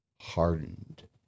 hardened